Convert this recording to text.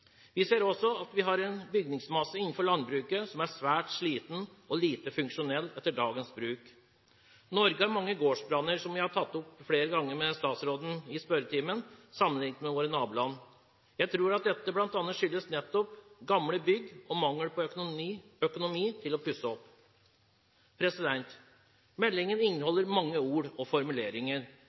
Vi ser også at vi har en bygningsmasse innenfor landbruket som er svært sliten og lite funksjonell for dagens bruk. Norge har mange gårdsbranner – som jeg har tatt opp flere ganger med statsråden i spørretimen – sammenlignet med våre naboland. Jeg tror at dette bl.a. skyldes nettopp gamle bygg og manglende økonomi til å pusse opp. Meldingen inneholder mange ord og formuleringer,